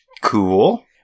Cool